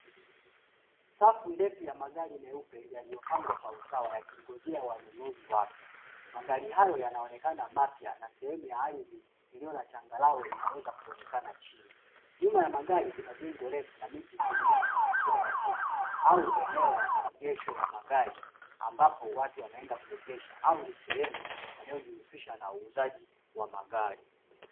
Safu ndefu ya magari meupe yaliyopangwa kwa usawa yakingojea wanunuzi wake. Magari hayo yanaonekana mapya, na sehemu ya ardhi iliyo na changarawe inaweza kuonekana chini. Nyuma ya magari kuna jengo refu na miti ikionyesha mazingira ya jiji au eneo la maegesho ya magari, ambapo watu wanaenda kuegesha au ni sehemu wanaojihusisha na uuzaji wa magari.